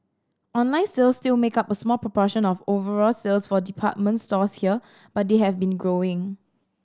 online sales still make up a small proportion of overall sales for department stores here but they have been growing